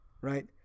right